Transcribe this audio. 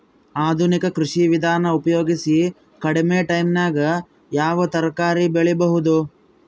ಆಧುನಿಕ ಕೃಷಿ ವಿಧಾನ ಉಪಯೋಗಿಸಿ ಕಡಿಮ ಟೈಮನಾಗ ಯಾವ ತರಕಾರಿ ಬೆಳಿಬಹುದು?